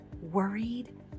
Worried